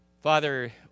Father